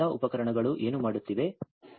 ಮತ್ತು ಈ ಎಲ್ಲಾ ಉಪಕರಣಗಳು ಏನು ಮಾಡುತ್ತಿವೆ